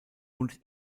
und